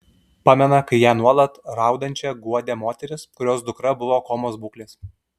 pamena kai ją nuolat raudančią guodė moteris kurios dukra buvo komos būklės